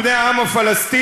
בני העם הפלסטיני,